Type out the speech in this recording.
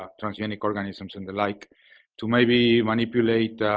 ah transgenic organisms and the like to maybe manipulate